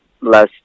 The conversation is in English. less